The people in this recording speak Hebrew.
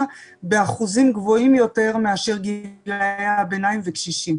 באחוזים גבוהים יותר מאשר גילאי הביניים וקשישים.